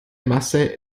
masse